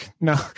No